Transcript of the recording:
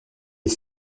est